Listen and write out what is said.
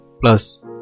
plus